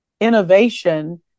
innovation